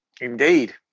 Indeed